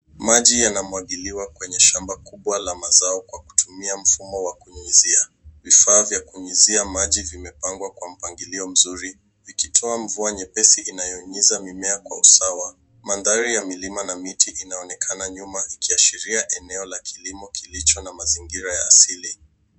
Maji yana mwagiliwa kwenye shamba kubwa la mazao kwa kutumia mfumo wa kunyunyizia. Vifaa vya kunyunyizia maji vimepangwa kwa mpangilio mzuri ikitoa mvua nyepesi inayo nyunyizia mimea kwa usawa. Mandhari ya milima na miti inaonekana nyuma ikiashiria eneo la kilimo kilicho na mazingira asili.